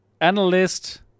analyst